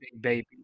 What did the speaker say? baby